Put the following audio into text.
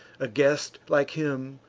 a guest like him,